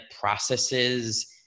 processes